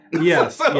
Yes